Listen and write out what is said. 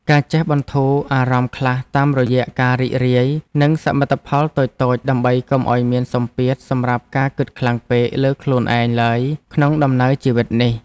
ការចេះបន្ធូរអារម្មណ៍ខ្លះតាមរយៈការរីករាយនឹងសមិទ្ធផលតូចៗដើម្បីកុំឱ្យមានសម្ពាធសម្រាប់ការគិតខ្លាំងពេកលើខ្លួនឯងឡើយក្នុងដំណើរជីវិតនេះ។